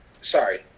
Sorry